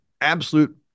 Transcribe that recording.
absolute